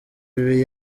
ibi